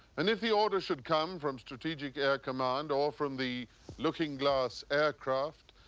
and if the order should come from strategic air command or from the looking glass aircraft,